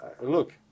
Look